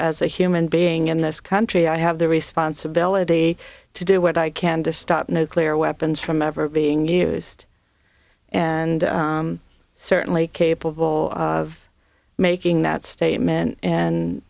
as a human being in this country i have the responsibility to do what i can dystopic nuclear weapons from ever being used and certainly capable of making that statement and